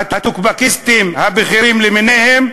הטוקבקיסטים הבכירים למיניהם,